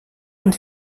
und